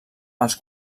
als